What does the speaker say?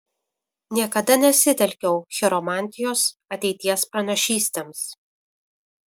niekada nesitelkiau chiromantijos ateities pranašystėms